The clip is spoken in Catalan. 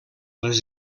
les